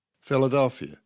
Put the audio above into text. Philadelphia